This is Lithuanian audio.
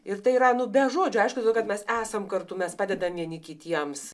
ir tai yra nu be žodžių aišku todėl kad mes esam kartu mes padedam vieni kitiems